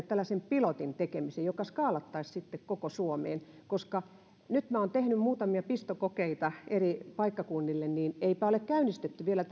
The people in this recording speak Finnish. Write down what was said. tällaisen pilotin tekemiseen joka skaalattaisiin sitten koko suomeen koska kun minä nyt olen tehnyt muutamia pistokokeita eri paikkakunnille niin eipä ole käynnistetty vielä